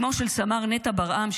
אמו של סמ"ר נטע ברעם,